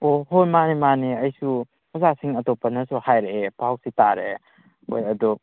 ꯑꯣ ꯍꯣꯏ ꯃꯥꯅꯦ ꯃꯥꯅꯦ ꯑꯩꯁꯨ ꯑꯣꯖꯥꯁꯤꯡ ꯑꯇꯣꯞꯄꯅꯁꯨ ꯍꯥꯏꯔꯛꯑꯦ ꯄꯥꯎꯁꯤ ꯇꯥꯔꯦ ꯍꯣꯏ ꯑꯗꯣ